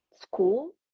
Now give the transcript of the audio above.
school